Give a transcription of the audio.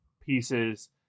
pieces